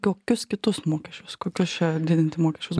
kokius kitus mokesčius kokius čia didinti mokesčius